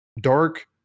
dark